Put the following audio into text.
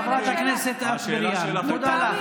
חברת הכנסת אטבריאן, תודה לך.